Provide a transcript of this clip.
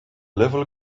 level